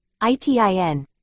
ITIN